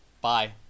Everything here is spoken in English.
Bye